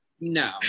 No